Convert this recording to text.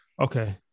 Okay